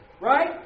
Right